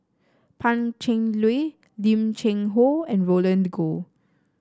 Pan Cheng Lui Lim Cheng Hoe and Roland Goh